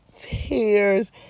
tears